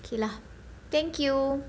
K lah thank you